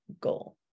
goal